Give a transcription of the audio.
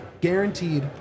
guaranteed